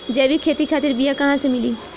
जैविक खेती खातिर बीया कहाँसे मिली?